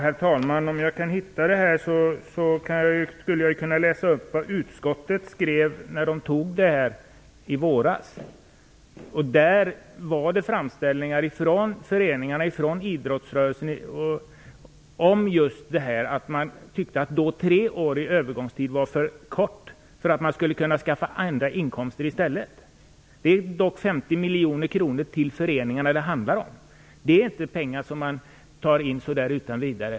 Fru talman! Om jag kunde hitta det här skulle jag kunna läsa upp vad utskottet skrev när detta behandlades i våras. Det fanns framställningar från föreningarna, från idrottsrörelsen, om just detta att man tyckte att tre år i övergångstid var för kort för att kunna skaffa andra inkomster i stället. Det handlar dock om 50 miljoner kronor till föreningarna. Det är inte pengar som man tar in så där utan vidare.